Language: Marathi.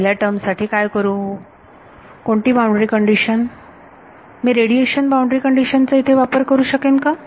ह्या पहिल्या टर्म साठी काय करू कोणती बाउंड्री कंडिशन मी रेडिएशन बाउंड्री कंडीशन चा इथे वापर करू शकेन का